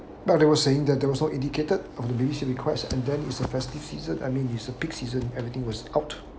but they were saying that there was no indicated of the baby seat request and then is the festive season I mean it's a peak season everything was out